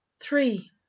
Three